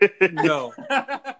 No